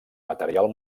material